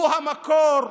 הוא המקור,